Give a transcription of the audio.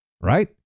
right